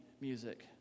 music